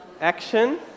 action